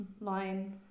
line